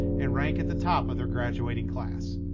and rank at the top of their graduating class.